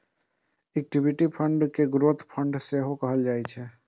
equity fund कें growth fund सेहो कहल जाइ छै